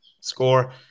score